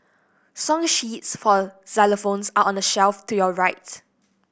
song sheets for xylophones are on the shelf to your rights